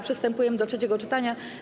Przystępujemy do trzeciego czytania.